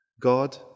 God